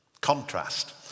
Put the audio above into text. Contrast